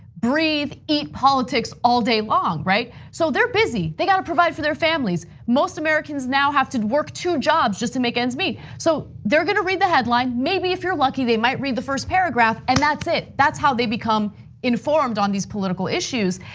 breathe, eat politics all day long, right? so they're busy, they gotta provide for their families. most americans now have to work two jobs just to make ends meet. so they're gonna read the headline, maybe if you're lucky, they might read the first paragraph, and that's it. that's how they become informed on these political issues.